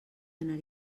anar